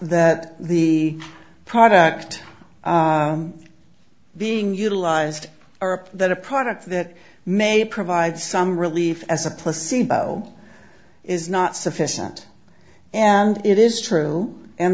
that the product being utilized or that a product that may provide some relief as a placebo is not sufficient and it is true and